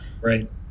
right